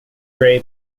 gray